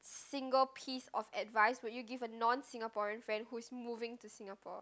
single piece of advice would you give a non Singaporean friend who is moving to Singapore